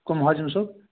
کٕم ہازِم صٲب